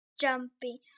jumping